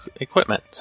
equipment